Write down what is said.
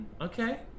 okay